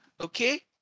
okay